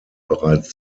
bereits